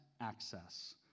access